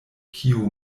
kio